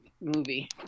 movie